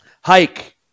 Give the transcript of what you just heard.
Hike